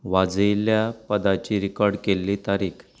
वाजयल्ल्या पदाची रिकॉर्ड केल्ली तारीक